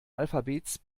buchstabiert